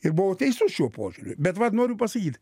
ir buvau teisus šiuo požiūriu bet vat noriu pasakyt